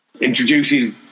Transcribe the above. introduces